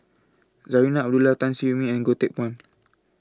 Zarinah Abdullah Tan Siew Min and Goh Teck Phuan